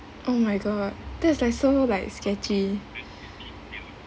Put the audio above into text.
oh my god this is like so like sketchy